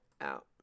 out